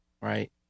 right